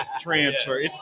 transfer